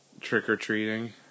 Trick-or-treating